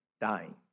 dying